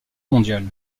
mondial